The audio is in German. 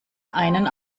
einen